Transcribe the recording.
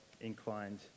inclined